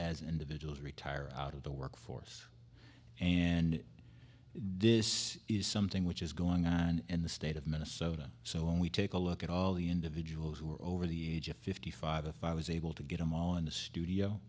as individuals retire out of the workforce and this is something which is going on in the state of minnesota so when we take a look at all the individuals who are over the age of fifty five if i was able to get them all in the studio